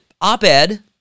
op-ed